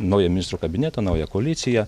naują ministrų kabinetą naują koaliciją